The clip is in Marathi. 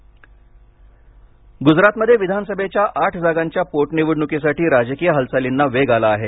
गुजरात गुजरातमध्ये विधानसभेच्या आठ जागांच्या पोटनिवडणुकीसाठी राजकीय हालचालींना वेग आला आहे